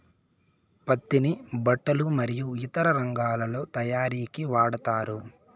పత్తిని బట్టలు మరియు ఇతర రంగాలలో తయారీకి వాడతారు